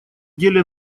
деле